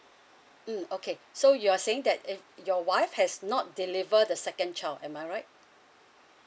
mm okay so you're saying that if your wife has not delivered the second child am I right